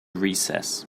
recess